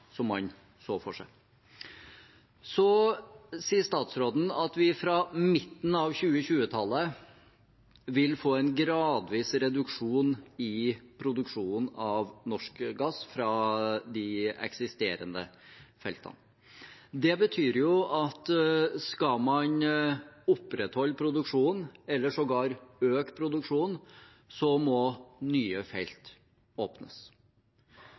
som man så for seg. Så sier statsråden at vi fra midten av 2020-tallet vil få en gradvis reduksjon i produksjonen av norsk gass fra de eksisterende feltene. Det betyr at skal man opprettholde produksjonen eller sågar øke den, må nye felt åpnes.